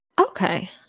okay